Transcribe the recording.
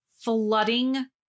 flooding